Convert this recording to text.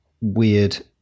weird